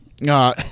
No